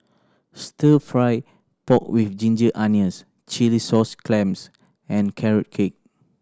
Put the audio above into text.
Stir Fry pork with ginger onions chilli sauce clams and Carrot Cake